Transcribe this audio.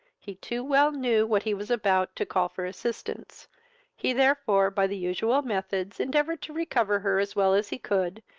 he too well knew what he was about, to call for assistance he therefore, by the usual methods, endeavoured to recover her as well as he could,